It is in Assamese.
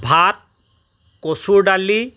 ভাত কচুৰ দালি